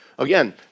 Again